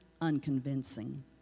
unconvincing